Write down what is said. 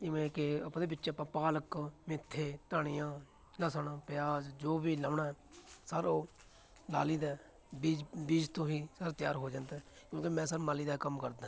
ਜਿਵੇਂ ਕਿ ਆਪਾਂ ਉਹਦੇ ਵਿੱਚੇ ਪ ਪਾਲਕ ਮੇਥੇ ਧਨੀਆ ਲਸਣ ਪਿਆਜ਼ ਜੋ ਵੀ ਲਗਾਉਣਾ ਸਰ ਉਹ ਲਗਾ ਲਈਦਾ ਬੀਜ ਬੀਜ ਤੋਂ ਹੀ ਸਰ ਤਿਆਰ ਹੋ ਜਾਂਦਾ ਕਿਉਂਕਿ ਮੈਂ ਸਰ ਮਾਲੀ ਦਾ ਕੰਮ ਕਰਦਾ